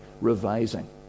revising